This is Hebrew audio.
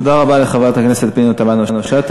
תודה רבה לחברת הכנסת פנינה תמנו-שטה.